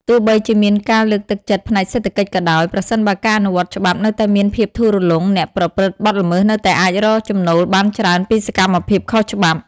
ទោះបីជាមានការលើកទឹកចិត្តផ្នែកសេដ្ឋកិច្ចក៏ដោយ ប្រសិនបើការអនុវត្តច្បាប់នៅតែមានភាពធូររលុង អ្នកប្រព្រឹត្តបទល្មើសនៅតែអាចរកចំណូលបានច្រើនពីសកម្មភាពខុសច្បាប់។